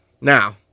Now